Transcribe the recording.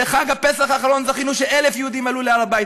בחג הפסח האחרון זכינו ש-1,000 יהודים עלו להר-הבית.